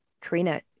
Karina